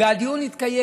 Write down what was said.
והדיון התקיים.